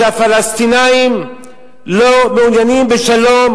שהפלסטינים לא מעוניינים בשלום,